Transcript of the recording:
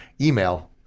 email –